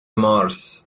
مارس